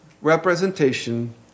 representation